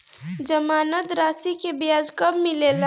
जमानद राशी के ब्याज कब मिले ला?